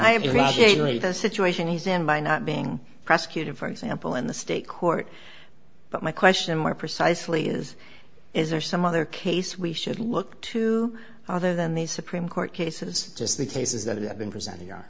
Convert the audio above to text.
the situation he's in by not being prosecuted for example in the state court but my question more precisely is is there some other case we should look to other than the supreme court cases just the cases that i've been presenting are